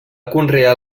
conrear